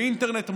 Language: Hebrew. באינטרנט מהיר,